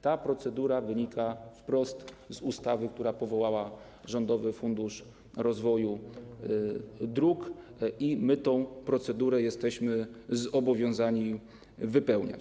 Ta procedura wynika wprost z ustawy, która powołała Rządowy Fundusz Rozwoju Dróg, i my tę procedurę jesteśmy zobowiązani wypełniać.